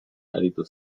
aritu